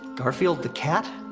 garfield the cat?